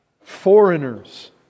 Foreigners